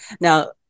Now